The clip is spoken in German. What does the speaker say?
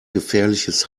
gefährliches